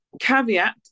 caveat